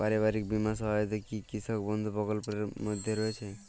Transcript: পারিবারিক বীমা সহায়তা কি কৃষক বন্ধু প্রকল্পের মধ্যে রয়েছে?